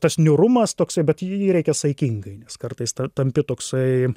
tas niūrumas toksai bet jį reikia saikingai nes kartais tampi toksai